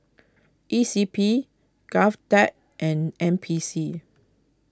E C P Govtech and N P C